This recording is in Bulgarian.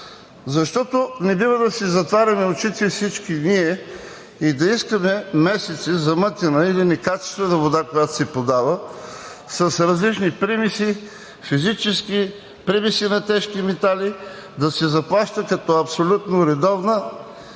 Защото не бива всички ние да си затваряме очите и да искаме месеци замътена или некачествена вода, която се подава с различни примеси, физически примеси на тежки метали, да се заплаща като абсолютно редовна и